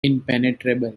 impenetrable